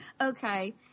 okay